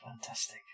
Fantastic